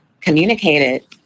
communicated